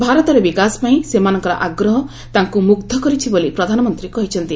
ଭାରତର ବିକାଶ ପାଇଁ ସେମାନଙ୍କର ଆଗ୍ରହ ତାଙ୍କୁ ମୁଗ୍ର କରିଛି ବୋଲି ପ୍ରଧାନମନ୍ତ୍ରୀ କହିଛନ୍ତି